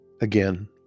Again